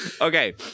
Okay